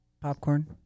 popcorn